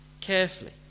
carefully